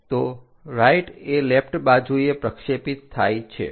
તો રાઇટ એ લેફ્ટ બાજુએ પ્રક્ષેપિત થાય છે